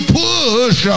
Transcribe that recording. push